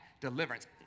deliverance